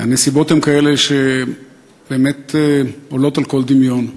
הנסיבות הן כאלה שבאמת עולות על כל דמיון,